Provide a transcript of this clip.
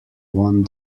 won